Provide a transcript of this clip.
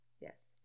Yes